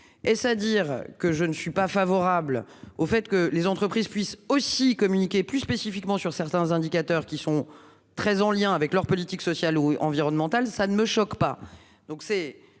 à dire que je ne suis pas favorable au fait que les entreprises puissent aussi communiquer plus spécifiquement sur certains indicateurs qui sont très en lien avec leur politique sociale ou environnementale, ça ne me choque pas. Donc c'est